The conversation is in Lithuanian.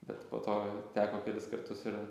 bet po to teko kelis kartus ir